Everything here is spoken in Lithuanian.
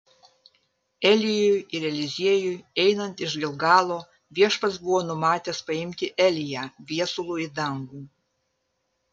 elijui ir eliziejui einant iš gilgalo viešpats buvo numatęs paimti eliją viesulu į dangų